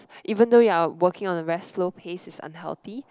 even though you're working on a very slow pace is unhealthy